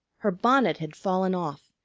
her bonnet had fallen off,